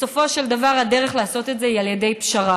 בסופו של דבר, הדרך לעשות את זה היא על ידי פשרה.